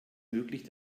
möglich